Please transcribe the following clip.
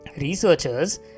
Researchers